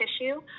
tissue